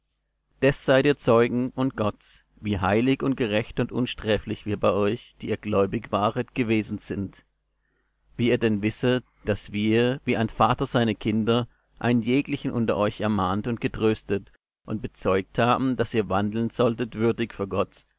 des seid ihr zeugen und gott wie heilig und gerecht und unsträflich wir bei euch die ihr gläubig waret gewesen sind wie ihr denn wisset daß wir wie ein vater seine kinder einen jeglichen unter euch ermahnt und getröstet und bezeugt haben daß ihr wandeln solltet würdig vor gott